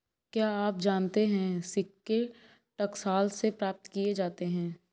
क्या आप जानते है सिक्के टकसाल से प्राप्त किए जाते हैं